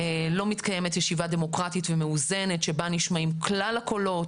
לא מתקיימת ישיבה דמוקרטית ומאוזנת בה נשמעים כלל הקולות